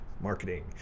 marketing